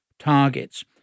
Targets